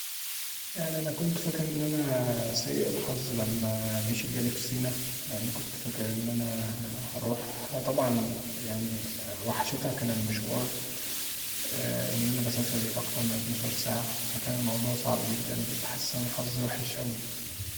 يعني انا كنت فاكر ان انا سئ الحظ لما جيشي جالي في سينا، لأنوانا كنت فاكر ان انا هروح طبعا وحاشتها كانت المشوار، ان انا بسافر اكتر من اتناشر ساعه، ف كان الموضوع صعب جدا وكنت حاسس ان انا حظي وحش اوي.